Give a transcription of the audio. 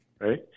right